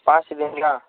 पाँच दिन ना